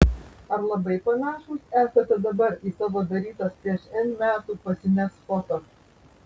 ar labai panašūs esate dabar į savo darytas prieš n metų pasines foto